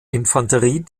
infanterie